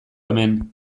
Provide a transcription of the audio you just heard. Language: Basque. hemen